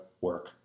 work